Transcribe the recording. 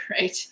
Right